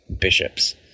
bishops